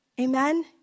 Amen